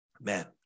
Man